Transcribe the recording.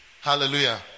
Hallelujah